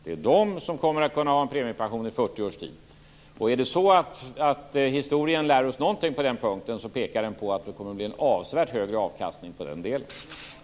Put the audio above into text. Det är de som kommer att kunna ha en premiepension i 40 års tid. Om historien lär oss någonting på den punkten så pekar den på att det kommer att bli en avsevärt högre avkastning på den delen.